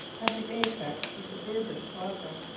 at the apex was the bourbon sovereign.